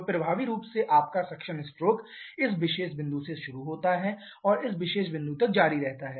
तो प्रभावी रूप से आपका सक्शन स्ट्रोक इस विशेष बिंदु से शुरू होता है और इस विशेष बिंदु तक जारी रहता है